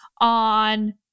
on